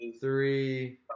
three